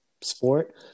sport